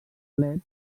plebs